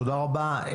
תודה רבה.